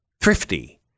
thrifty